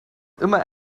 immer